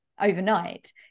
overnight